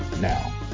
now